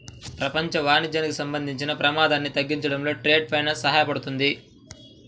ప్రపంచ వాణిజ్యానికి సంబంధించిన ప్రమాదాన్ని తగ్గించడంలో ట్రేడ్ ఫైనాన్స్ సహాయపడుతుంది